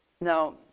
Now